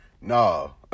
No